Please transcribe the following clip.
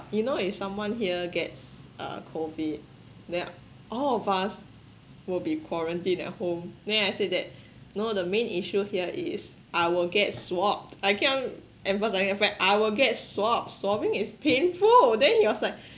you know if someone here gets uh COVID then all of us will be quarantined at home then I said that no the main issue here is I will get swabbed I keep on emphasizing the fact I will get swabbed swabbing is painful then he was like